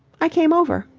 i came over.